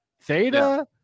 Theta